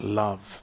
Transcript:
love